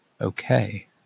okay